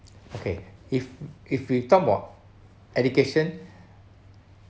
okay if if we talk about education